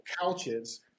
couches